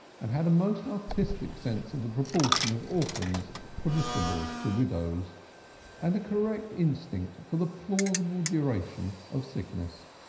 and had a most artistic sense of the proportion of orphans permissible to widows and a correct instinct for the plausible duration of sicknesses.